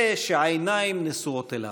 זה שהעיניים נשואות אליו.